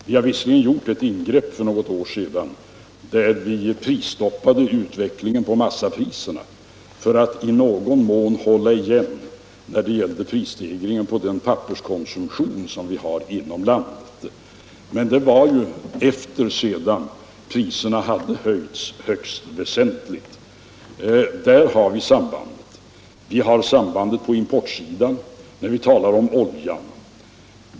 Vi gjorde visserligen ett ingrepp för något år sedan, då vi prisstoppade utvecklingen för pappersmassan för att i någon mån hålla igen när det gäller prisstegringen på papperskonsumtionen inom landet, men det ingreppet skedde ju efter det att priserna hade höjts högst väsentligt. Där har vi ett samband. Vi har också ett samband på importsidan när det gäller oljan.